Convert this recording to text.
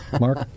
Mark